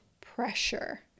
pressure